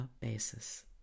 basis